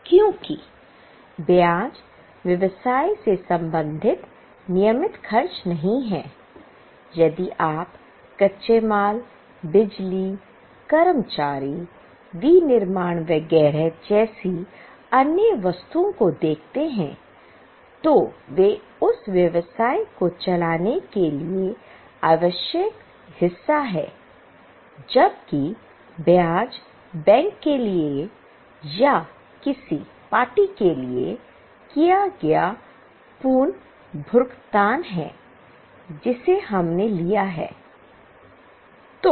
क्योंकि ब्याज व्यवसाय से संबंधित नियमित खर्च नहीं है यदि आप कच्चे माल बिजली कर्मचारी विनिर्माण वगैरह जैसी अन्य वस्तुओं को देखते हैं तो वे उस व्यवसाय को चलाने के लिए आवश्यक हिस्सा थे जबकि ब्याज बैंक के लिए या किसी पार्टी के लिए किया गया पुनर्भुगतान है जिसे हमने लिया है